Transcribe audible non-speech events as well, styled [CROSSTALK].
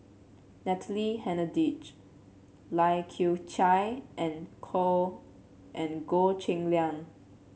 Natalie Hennedige Lai Kew Chai and [UNINTELLIGIBLE] and Goh Cheng Liang